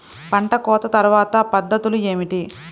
పంట కోత తర్వాత పద్ధతులు ఏమిటి?